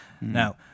Now